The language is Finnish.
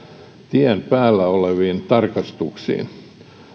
tien päällä oleviin tarkastuksiin